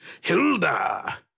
Hilda